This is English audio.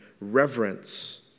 reverence